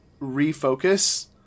refocus